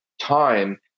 time